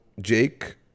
Jake